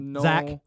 Zach